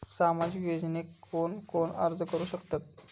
सामाजिक योजनेक कोण कोण अर्ज करू शकतत?